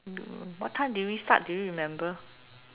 what time did we start do you remember